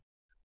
నా ప్రకారం